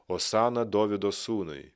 osana dovydo sūnui